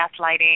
gaslighting